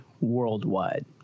worldwide